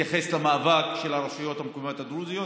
למאבק של הרשויות המקומיות הדרוזיות,